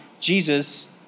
Jesus